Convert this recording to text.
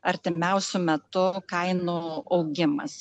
artimiausiu metu kainų augimas